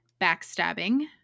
Backstabbing